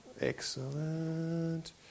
Excellent